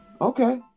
Okay